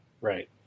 right